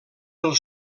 del